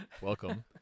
welcome